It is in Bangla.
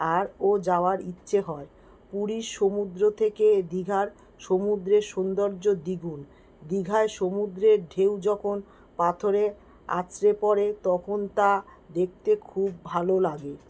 আরও যাওয়ার ইচ্ছে হয় পুরীর সমুদ্র থেকে দীঘার সমুদ্রের সৌন্দর্য দ্বিগুণ দীঘায় সমুদ্রের ঢেউ যখন পাথরে আছড়ে পড়ে তখন তা দেখতে খুব ভালো লাগে